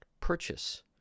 purchase